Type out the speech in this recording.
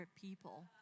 people